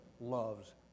loves